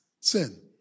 Sin